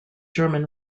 german